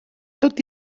tot